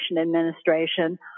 Administration